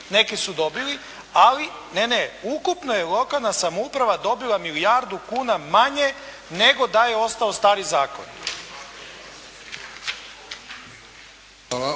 Neki su dobili, ali ne, ne. Ukupno je lokalna samouprava dobila milijardu kuna manje, nego da je ostao stari zakon.